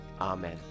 Amen